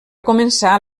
començar